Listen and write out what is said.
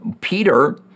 Peter